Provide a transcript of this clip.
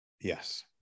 Yes